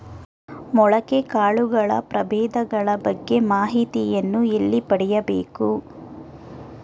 ಮೊಳಕೆ ಕಾಳುಗಳ ಪ್ರಭೇದಗಳ ಬಗ್ಗೆ ಮಾಹಿತಿಯನ್ನು ಎಲ್ಲಿ ಪಡೆಯಬೇಕು?